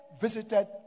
visited